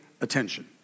attention